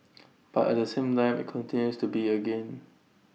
but at the same time IT continues to be A gain